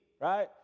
Right